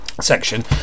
section